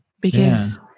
because-